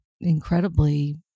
incredibly